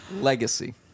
Legacy